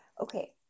okay